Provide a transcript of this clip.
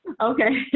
Okay